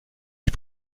die